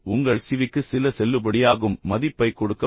V க்கு சில செல்லுபடியாகும் மதிப்பை கொடுக்கப் போகிறது